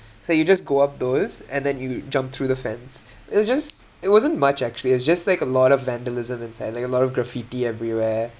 so you just go up those and then you jump through the fence it was just it wasn't much actually it's just like a lot of vandalism inside like a lot of graffiti everywhere